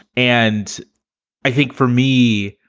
and i think for me,